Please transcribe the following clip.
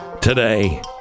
today